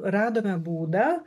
radome būdą